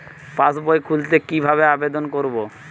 পাসবই খুলতে কি ভাবে আবেদন করব?